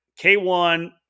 K1